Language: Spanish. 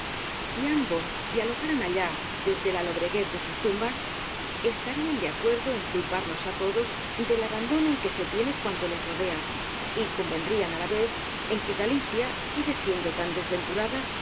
si ambos dialogaran allá desde la lobreguez de sus tumbas estarían de acuerdo en culparnos á todos del abandono en que se tiene cuanto les rodea y convendrían á la vez en que galicia sigue siendo tan desventurada